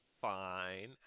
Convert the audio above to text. fine